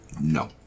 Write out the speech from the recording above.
No